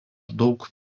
daug